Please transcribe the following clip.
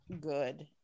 good